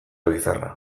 bizarra